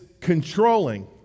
controlling